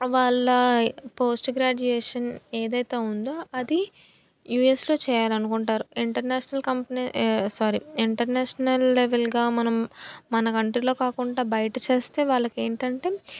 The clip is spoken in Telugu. వాళ్ళ పోస్ట్ గ్రాడ్యుయేషన్ ఏదైతే ఉందో అది యూఎస్లో చేయాలి అనుకుంటారు ఇంటర్నేషనల్ కంపెనీ సారీ ఇంటర్నేషనల్ లెవెల్గా మనం మన కంట్రీలో కాకుండా బయట చేస్తే వాళ్ళకేంటంటే